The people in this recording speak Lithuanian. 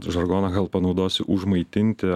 žargoną gal panaudosiu užmaitinti